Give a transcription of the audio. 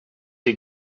you